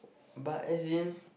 but as in